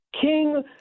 king